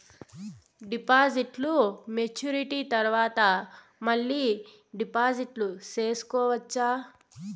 డిపాజిట్లు మెచ్యూరిటీ తర్వాత మళ్ళీ డిపాజిట్లు సేసుకోవచ్చా?